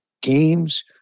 games